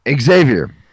Xavier